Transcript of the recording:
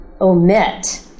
omit